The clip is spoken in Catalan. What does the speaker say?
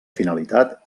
finalitat